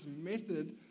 method